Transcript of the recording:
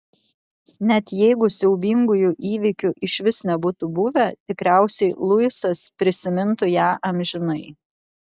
net jeigu siaubingųjų įvykių išvis nebūtų buvę tikriausiai luisas prisimintų ją amžinai